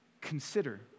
consider